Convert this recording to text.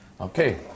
Okay